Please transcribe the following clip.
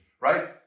right